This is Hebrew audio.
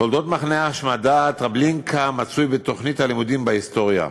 תולדות מחנה ההשמדה טרבלינקה מצויות בתוכנית הלימודים בהיסטוריה.